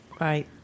right